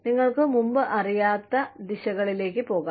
നിങ്ങൾക്ക് മുമ്പ് അറിയാത്ത ദിശകളിലേക്ക് പോകാം